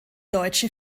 deutsche